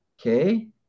okay